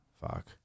Fuck